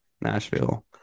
Nashville